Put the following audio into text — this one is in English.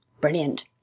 Brilliant